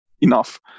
enough